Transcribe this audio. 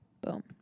Boom